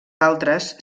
altres